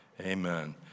Amen